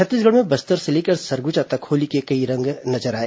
छत्तीसगढ़ में बस्तर से लेकर सरगुजा तक होली के कई तरह के रंग नजर आए